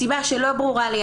מסיבה שלא ברורה לי,